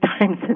times